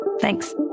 Thanks